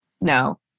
No